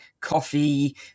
coffee